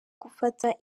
gufata